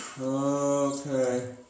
Okay